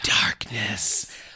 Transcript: darkness